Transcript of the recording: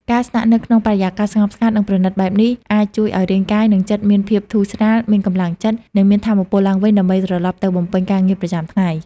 ការស្នាក់នៅក្នុងបរិយាកាសស្ងប់ស្ងាត់ និងប្រណីតបែបនេះ អាចជួយឲ្យរាងកាយ និងចិត្តមានភាពធូរស្រាល មានកម្លាំងចិត្ត និងមានថាមពលឡើងវិញដើម្បីត្រឡប់ទៅបំពេញការងារប្រចាំថ្ងៃ។